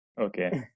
Okay